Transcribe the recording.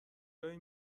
جایی